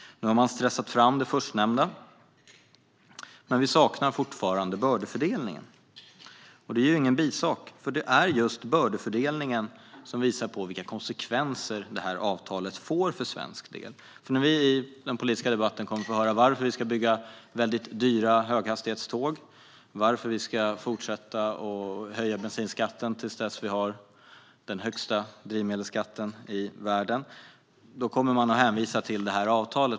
Nu har man stressat fram det förstnämnda, men vi saknar fortfarande bördefördelningen. Detta är ingen bisak, utan det är just bördefördelningen som visar vilka konsekvenser avtalet får för svensk del. När vi i den politiska debatten får höra om varför vi ska bygga väldigt dyra höghastighetståg eller fortsätta höja bensinskatten tills vi har den högsta drivmedelsskatten i världen kommer det att hänvisas till detta avtal.